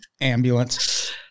ambulance